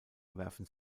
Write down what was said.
werfen